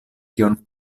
kion